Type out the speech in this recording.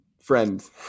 Friends